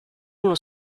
uno